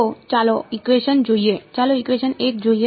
તો ચાલો ઇકવેશન જોઈએ ચાલો ઇકવેશન 1 જોઈએ